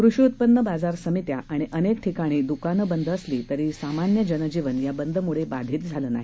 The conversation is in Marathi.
कृषी उत्पन्न बाजार समित्या आणि अनेक ठिकाणी दुकानं बंद असली तरी सामान्य जनजीवन या बंदमुळे बाधित झालं नाही